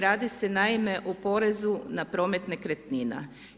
Radi se naime o porezu na promet nekretnina.